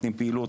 נותנים פעילות,